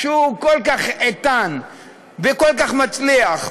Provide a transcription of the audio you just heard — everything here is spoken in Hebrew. שהוא כל כך איתן וכל כך מצליח,